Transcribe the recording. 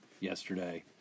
yesterday